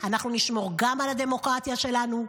אנחנו נשמור גם על הדמוקרטיה שלנו,